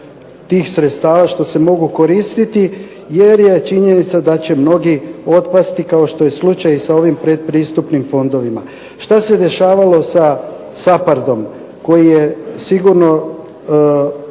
tih sredstava što se mogu koristiti jer je činjenica da će mnogi otpasti kao što je slučaj i sa ovim predpristupnim fondovima. Što se dešavalo sa SAPHARD-om koji je sigurno